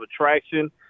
attraction